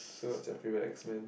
so what's your favourite X men